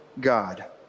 God